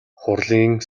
хурлын